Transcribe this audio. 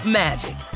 magic